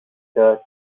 the